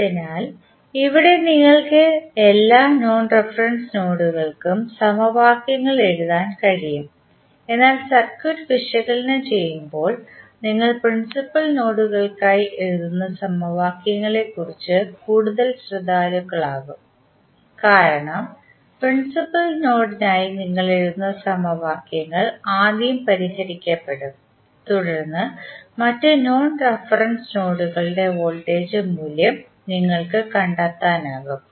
അതിനാൽ ഇവിടെ നിങ്ങൾക്ക് എല്ലാ നോൺ റഫറൻസ് നോഡുകൾക്കും സമവാക്യങ്ങൾ എഴുതാൻ കഴിയും എന്നാൽ സർക്യൂട്ട് വിശകലനം ചെയ്യുമ്പോൾ നിങ്ങൾ പ്രിൻസിപ്പൽ നോഡുകൾക്കായി എഴുതുന്ന സമവാക്യങ്ങളെക്കുറിച്ച് കൂടുതൽ ശ്രദ്ധാലുക്കളാകും കാരണം പ്രിൻസിപ്പൽ നോഡിനായി നിങ്ങൾ എഴുതുന്ന സമവാക്യങ്ങൾ ആദ്യം പരിഹരിക്കപ്പെടും തുടർന്ന് മറ്റ് നോൺ റഫറൻസ് നോഡുകളുടെ വോൾട്ടേജ് മൂല്യം നിങ്ങൾക്ക് കണ്ടെത്താനാകും